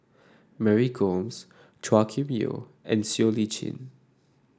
Mary Gomes Chua Kim Yeow and Siow Lee Chin